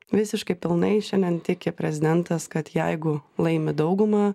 visiškai pilnai šiandien tiki prezidentas kad jeigu laimi daugumą